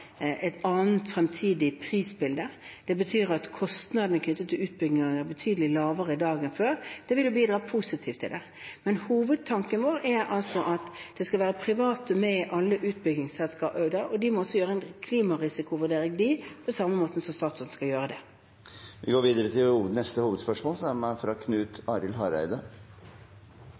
et annet, fremtidig prisbilde. Det betyr at kostnadene knyttet til utbygging er betydelig lavere i dag enn før. Det vil bidra positivt til det. Men hovedtanken vår er altså at det skal være private med i alle utbyggingselskap, og de må også gjøre en klimarisikovurdering, på samme måte som Statoil skal gjøre det. Vi går videre til neste hovedspørsmål. Mange av oss hadde gleda av å høyre statsminister Erna Solberg på NHOs årskonferanse, som